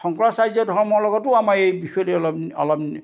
শংকৰাচাৰ্যৰ ধৰ্মৰ লগতো আমাৰ এই বিষয়টো অলপ অলপ